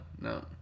no